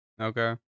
Okay